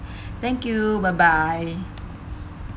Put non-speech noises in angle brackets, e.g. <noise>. <breath> thank you bye bye